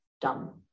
dumb